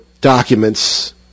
documents